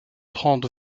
trente